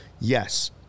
yes